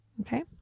Okay